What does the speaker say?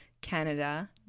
Canada